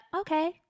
okay